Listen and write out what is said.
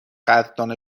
قدردان